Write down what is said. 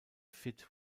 fit